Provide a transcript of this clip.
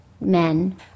men